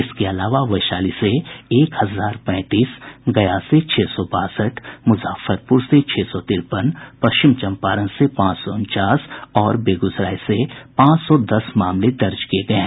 इसके अलावा वैशाली से एक हजार पैंतीस गया से छह सौ बासठ मुजफ्फरपुर से छह सौ तिरपन पश्चिम चंपारण से पांच सौ उनचास और बेगूसराय से पांच सौ दस मामले दर्ज किए गए हैं